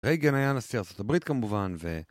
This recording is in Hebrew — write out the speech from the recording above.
רייגן היה נשיא ארה״ב כמובן ו...